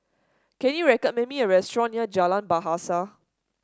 can you recommend me a restaurant near Jalan Bahasa